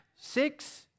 Six